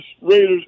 Raiders